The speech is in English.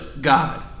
God